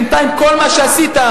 בינתיים כל מה שעשית,